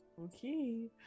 Okay